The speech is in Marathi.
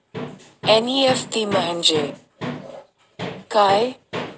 एन.ई.एफ.टी म्हणजे काय?